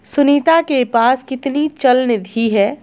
सुनीता के पास कितनी चल निधि है?